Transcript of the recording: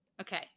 okay